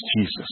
Jesus